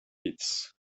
pits